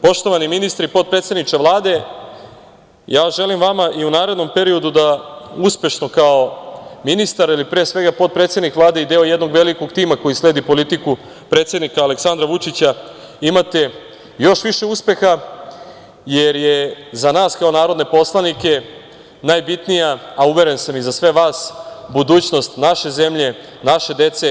Poštovani ministri, potpredsedniče Vlade, ja želim vama i u narednom periodu da uspešno kao ministar ili, pre svega, potpredsednik Vlade i deo jednog velikog tima koji sledi politiku predsednika Aleksandra Vučića imate još više uspeha, jer je za nas kao narodne poslanike najbitnija, a uveren sam i za sve vas, budućnost naše zemlje, naše dece.